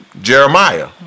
Jeremiah